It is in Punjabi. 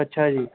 ਅੱਛਾ ਜੀ